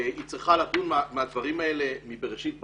היא צריכה לדון בדברים האלה מבראשית ברא,